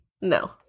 No